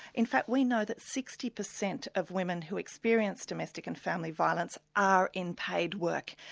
in fact we know that sixty percent of women who experience domestic and family violence, are in paid work,